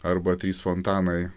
arba trys fontanai